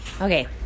Okay